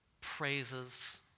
praises